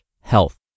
health